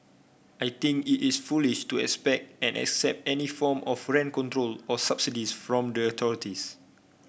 I think it is foolish to expect and accept any form of rent control or subsidies from the authorities